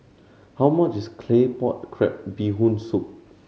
how much is Claypot Crab Bee Hoon Soup